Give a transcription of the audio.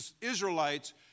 Israelites